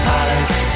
Palace